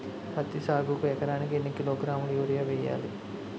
పత్తి సాగుకు ఎకరానికి ఎన్నికిలోగ్రాములా యూరియా వెయ్యాలి?